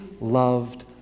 loved